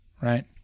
Right